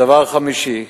הדבר החמישי,